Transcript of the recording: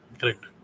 Correct